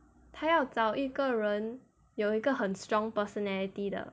他要找一个人有一个很 strong personality 的